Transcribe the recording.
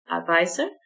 advisor